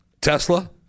Tesla